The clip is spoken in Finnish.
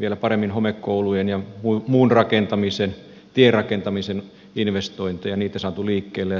vielä paremmin homekoulujen ja muun rakentamisen tierakentamisen investointeja saatu liikkeelle ja työtä ja tekemistä